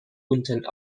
unten